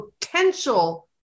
potential